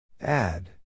Add